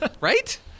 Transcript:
Right